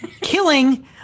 killing